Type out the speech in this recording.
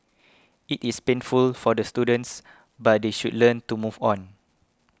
it is painful for the students but they should learn to move on